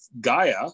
Gaia